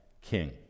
king